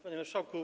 Panie Marszałku!